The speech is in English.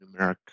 numeric